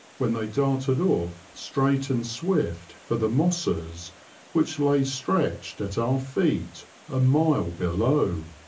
when they darted off straight and swift for the mosses which lay stretched at our feet a mile below.